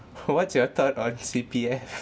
what's your thought on C_P_F